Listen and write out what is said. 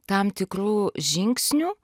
tam tikrų žingsnių